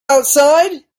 outside